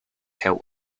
help